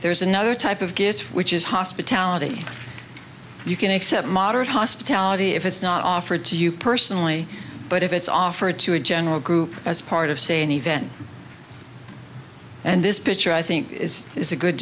there is another type of gifts which is hospitality you can accept modern hospitality if it's not offered to you personally but if it's offered to a general group as part of say an event and this picture i think is a good